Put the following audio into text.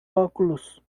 óculos